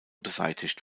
beseitigt